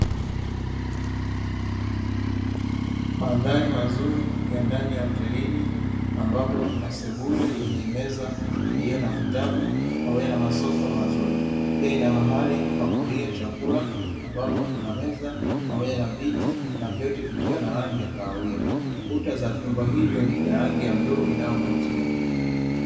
Mandhari mazuri ya ndani ya hotelini ambapo kuna sebule yenye meza iliyo na vitabu pamoja na masofa mazuri, pia ina mahali pa kulia chakula ambapo kuna meza pamoja na viti na vyote vikiwa na rangi ya kahawia. Kuta za vyumba hivyo ni vya rangi ya bluu inayovutia.